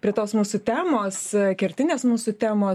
prie tos mūsų temos kertinės mūsų temos a